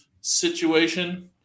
situation